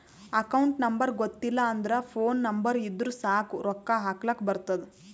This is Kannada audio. ಅಕೌಂಟ್ ನಂಬರ್ ಗೊತ್ತಿಲ್ಲ ಅಂದುರ್ ಫೋನ್ ನಂಬರ್ ಇದ್ದುರ್ ಸಾಕ್ ರೊಕ್ಕಾ ಹಾಕ್ಲಕ್ ಬರ್ತುದ್